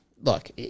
look